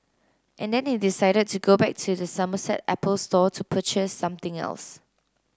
and then he decided to go back to the Somerset Apple Store to purchase something else